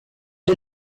did